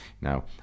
Now